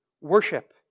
Worship